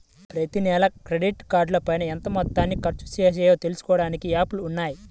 ప్రతినెలా క్రెడిట్ కార్డుపైన ఎంత మొత్తాన్ని ఖర్చుచేశామో తెలుసుకోడానికి యాప్లు ఉన్నయ్యి